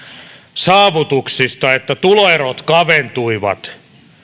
saavutuksista että tuloerot kaventuivat